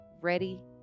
ready